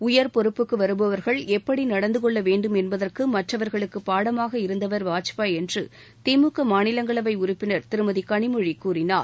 உயர் பொறுப்புக்கு வருபவர்கள் எப்படி நடந்து கொள்ள வேண்டும் என்பதற்கு மற்றவர்களுக்கு பாடமாக இருந்தவர் வாஜ்பாய் என்று திமுக மாநிலங்களவை உறுப்பினர் திருமதி கனிமொழி கூறினார்